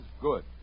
good